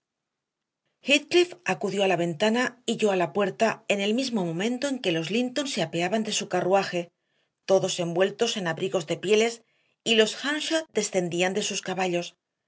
heathcliff acudió a la ventana y yo a la puerta en el mismo momento en que los linton se apeaban de su carruaje todos envueltos en abrigos de pieles y los earnshaw descendían de sus caballos